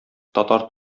татар